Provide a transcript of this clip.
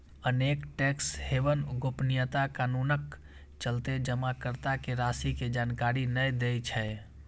अनेक tax haven गोपनीयता कानूनक चलते जमाकर्ता के राशि के जानकारी नै दै छै